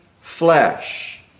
flesh